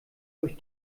durch